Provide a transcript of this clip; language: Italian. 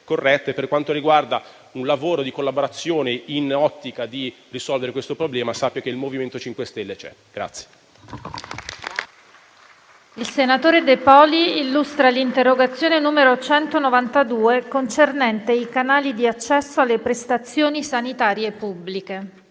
corretta. Per quanto riguarda un lavoro di collaborazione nell'ottica di risolvere questo problema, sappia che il MoVimento 5 Stelle c'è.